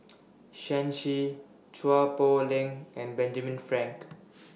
Shen Xi Chua Poh Leng and Benjamin Frank